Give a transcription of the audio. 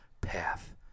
path